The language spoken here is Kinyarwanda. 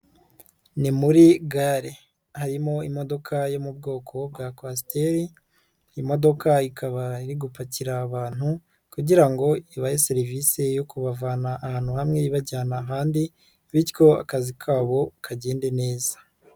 Ni muri gare harimo imodoka yo mu bwoko bwa kwasiteri, iyi imodoka ikaba iri gupakira abantu kugira ngo ibahe serivisi yo kubavana ahantu hamwe ibajyana ahandi bityo akazi kabo kagende neza.